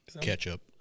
Ketchup